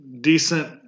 decent